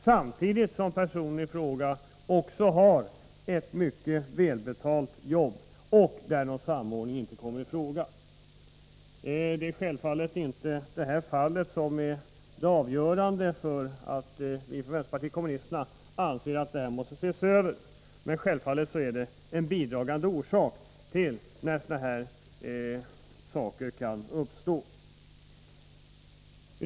— samtidigt som personen i fråga också har ett mycket välbetalt 115 jobb, och någon samordning inte kommer i fråga. Det är självfallet inte det här fallet som är avgörande för att vi från vpk anser att detta måste ses över, men det är en bidragande orsak att sådana här förhållanden kan uppstå.